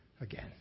again